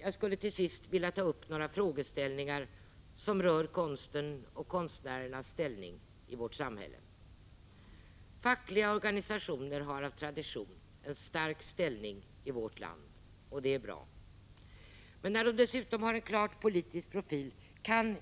Jag skulle till sist vilja ta upp några frågeställningar som rör konsten och konstnärernas ställning i vårt samhälle. Fackliga organisationer har av tradition en stark ställning i vårt land — och det är bra. När de dessutom har en klart politisk profil kan